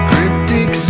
Cryptic